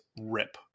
rip